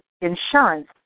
insurance